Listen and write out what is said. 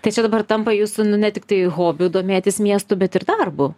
tai čia dabar tampa jūsų nu ne tiktai hobiu domėtis miestu bet ir darbu